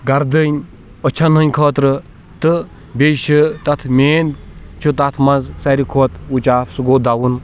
گَردٕنۍ أچَھن ہٕنٛدۍ خٲطرٕ تہٕ بیٚیہِ چھِ تَتھ مین چھُ تَتھ منٛز ساروٕے کھۄتہٕ وُچاپ سُہ گوٚو دَوُن